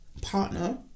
partner